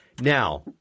Now